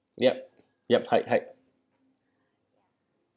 yup yup hi hi